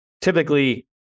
typically